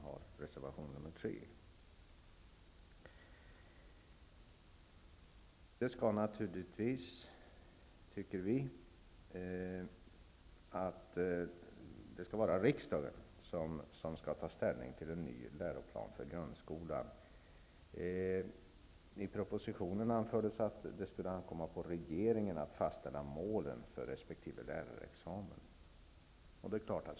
Det gäller reservation Naturligtvis tycker vi att det är riksdagen som skall ta ställning till en ny läroplan för grundskolan. I propositionen anför man att det skulle ankomma på regeringen att fastställa målen för resp. lärarexamen.